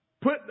put